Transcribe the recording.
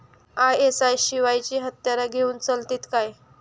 ISI शिवायची हत्यारा घेऊन चलतीत काय?